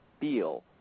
feel